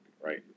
right